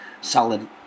solid